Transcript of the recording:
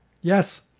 Yes